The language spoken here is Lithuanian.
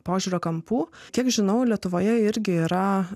požiūrio kampų kiek žinau lietuvoje irgi yra